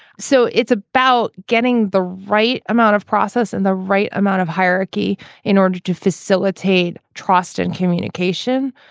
so it's about getting the right amount of process and the right amount of hierarchy in order to facilitate trust and communication.